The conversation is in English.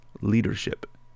leadership